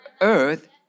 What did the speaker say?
earth